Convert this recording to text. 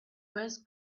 first